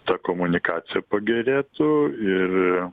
ta komunikacija pagerėtų ir